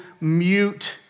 mute